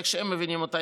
איך שהם מבינים אותה,